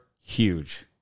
huge